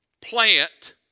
plant